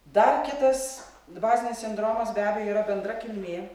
dar kitas dvasinis sindromas be abejo yra bendra kilmė